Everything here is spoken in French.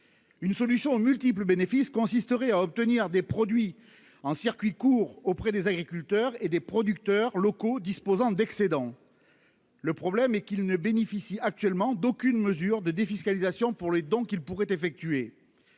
une solution multiples bénéfices consisterait à obtenir des produits en circuit court auprès des agriculteurs et des producteurs locaux disposant d'excédents, le problème est qu'ils ne bénéficient actuellement d'aucune mesure de défiscalisation pour les donc il pourrait effectuer,